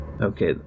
Okay